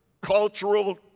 cultural